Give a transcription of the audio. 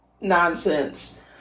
nonsense